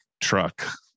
truck